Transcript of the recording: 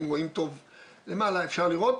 אפשר לראות,